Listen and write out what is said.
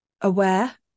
aware